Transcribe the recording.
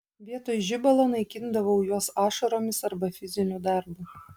vietoj žibalo naikindavau juos ašaromis arba fiziniu darbu